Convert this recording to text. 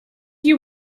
you